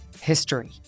history